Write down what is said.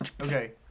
Okay